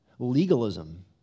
Legalism